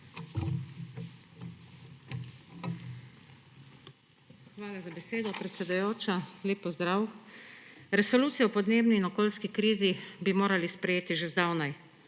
Hvala za besedo, predsedujoča. Lep pozdrav! Resolucijo o podnebni in okoljski krizi bi morali sprejeti že zdavnaj.